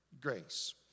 grace